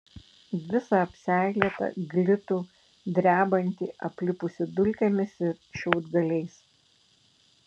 visą apseilėtą glitų drebantį aplipusį dulkėmis ir šiaudgaliais